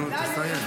נו תסיים.